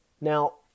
Now